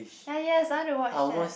ya yes I want to watch that